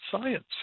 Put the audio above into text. science